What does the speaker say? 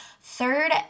third